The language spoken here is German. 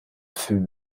film